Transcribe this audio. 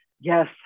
yes